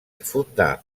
fundà